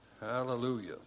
Hallelujah